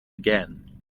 again